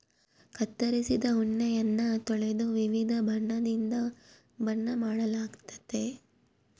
ಕತ್ತರಿಸಿದ ಉಣ್ಣೆಯನ್ನ ತೊಳೆದು ವಿವಿಧ ಬಣ್ಣದಿಂದ ಬಣ್ಣ ಮಾಡಲಾಗ್ತತೆ